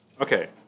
Okay